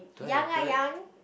Yang ah Yang